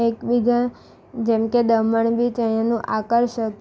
એકબીજા જેમકે દમણ બીચ અહીંયાંનું આકર્ષક